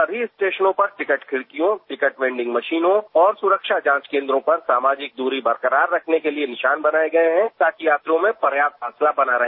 सभी स्टेशनों पर टिकट खिड़कियों टिकट वेंडिंग मशीनों और सुरक्षा जांच केन्द्रों पर सामाजिक दूरी बरकरार रखने के लिए निशान बनाये गये हैं ताकि यात्रियों में पर्याप्त फासला बना रहे